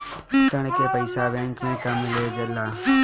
ऋण के पइसा बैंक मे कब मिले ला?